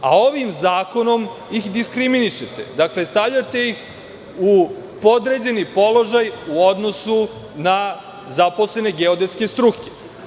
A ovim zakonom ih diskriminišete, stavljate ih u podređeni položaj u odnosu na zaposlene geodetske struke.